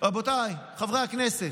רבותיי חברי הכנסת,